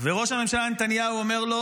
וראש הממשלה נתניהו אומר לו: